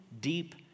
deep